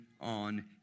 on